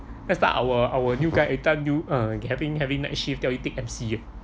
let's start our our new guy every time new uh having having night shift tell you take M_C